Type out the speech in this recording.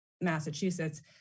Massachusetts